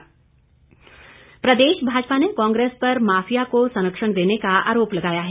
भाजपा प्रदेश भाजपा ने कांग्रेस पर माफिया पर संरक्षण देने को आरोप लगाया है